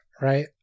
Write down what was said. right